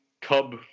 Cub